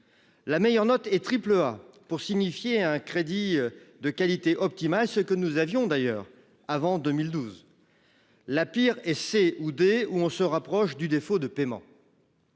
La meilleure note et triple A pour signifier un crédit de qualité optimale. Ce que nous avions d'ailleurs avant 2012. La pire et C ou D où on se rapproche du défaut de paiement.